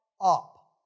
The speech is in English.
up